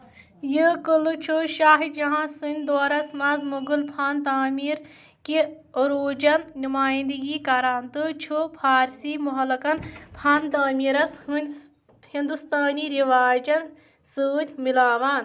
یہٕ قٕلعہٕ چھُ شاہ جہاں سنٛدِۍ دورَس منٛز مغل فن تعمیر کہِ عروٗجن نُمٲیندگی کران تہٕ چھُ فارسی محلکن فن تعٲمیرَس ہٕنٛدۍ ہندوستٲنی رٮ۪واجَن سۭتۍ مِلاوان